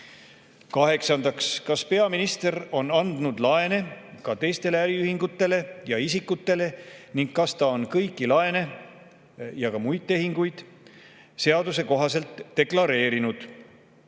kas peaminister on andnud laene ka teistele äriühingutele ja isikutele ning kas ta on kõiki laene ja muid tehinguid seaduse kohaselt deklareerinud?